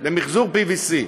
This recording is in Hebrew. למחזור PVC,